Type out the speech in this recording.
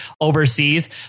overseas